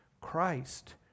Christ